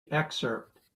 excerpt